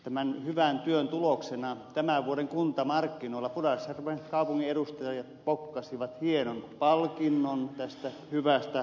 tämän hyvän työn tuloksena tämän vuoden kuntamarkkinoilla pudasjärven kaupungin edustajat pokkasivat hienon palkinnon tästä hyvästä kotouttamisesta